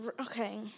okay